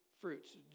fruits